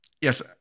Yes